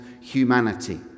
humanity